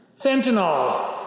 fentanyl